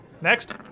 Next